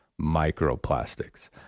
microplastics